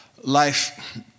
life